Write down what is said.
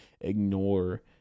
ignore